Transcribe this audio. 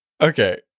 Okay